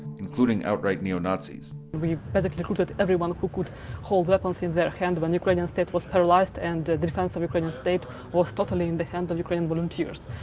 including outright neo-nazis. we basically recruited everyone who could hold weapons in their hand when and ukrainian state was paralyzed and the defense of ukrainian state was totally in the hand of ukrainian volunteers.